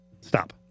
Stop